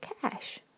cash